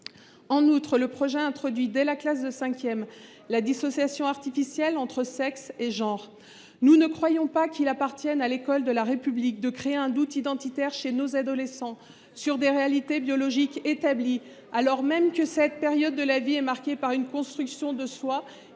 En outre, le projet introduit, dès la classe de cinquième, la dissociation artificielle entre sexe et genre. Nous ne croyons pas qu’il appartienne à l’école de la République de créer un doute identitaire chez nos adolescents sur des réalités biologiques établies, alors même que cette période de la vie est marquée par une construction de soi qui